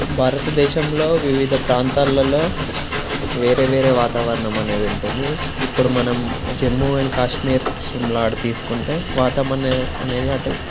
భారతదేశంలో వివిధ ప్రాంతాల్లలో వేరే వేరే వాతావరణం అనేది ఉంటుంది ఇప్పుడు మనం జమ్ము అండ్ కాశ్మీర్ షిమ్లా అట్ట తీసుకుంటే వాతం అనే అనేది అటు